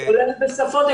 כולל בשפות שונות.